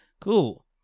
cool